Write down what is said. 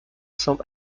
some